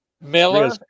Miller